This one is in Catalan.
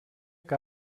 que